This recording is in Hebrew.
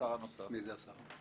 מי זה השר הנוסף?